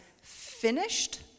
finished